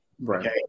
right